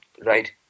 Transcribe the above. right